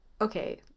Okay